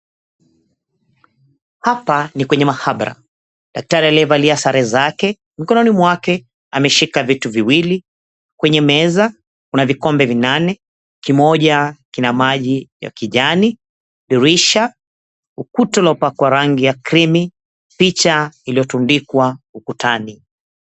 Hapa ni kwenye mahabara. Daktari aliyevalia sare zake, mkononi mwake ameshika vitu viwili. Kwenye meza kuna vikombe vinane, kimoja kina maji ya kijani. Dirisha, ukuta uliopakwa rangi ya krimi, picha iliyotundikwa ukutani.